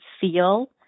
feel